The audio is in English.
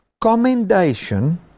commendation